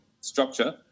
structure